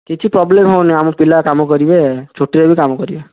କିଛି ପ୍ରୋବ୍ଲେମ ହେବନି ଆମ ପିଲା କାମ କରିବେ ଛୁଟିରେ ବି କାମ କରିବେ